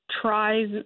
tries